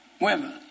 women